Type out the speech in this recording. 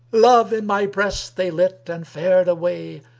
love in my breast they lit and fared away,